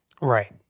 Right